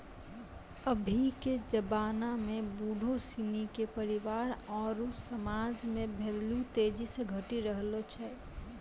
अभी के जबाना में बुढ़ो सिनी के परिवार आरु समाज मे भेल्यू तेजी से घटी रहलो छै